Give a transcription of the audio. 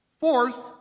Fourth